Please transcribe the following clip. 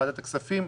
בוועדת הכספים.